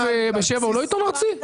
הוא עיתון ארצי, ו"בשבע" הוא לא עיתון ארצי?